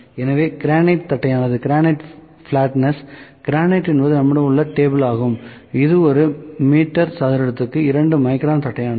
எனவே கிரானைட் தட்டையானது கிரானைட் என்பது நம்மிடம் உள்ள டேபிள் ஆகும் இது ஒரு மீட்டர் சதுரத்திற்கு 2 மைக்ரான் தட்டையானது